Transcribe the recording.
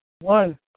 One